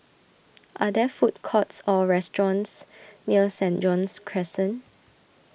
are there food courts or restaurants near Saint John's Crescent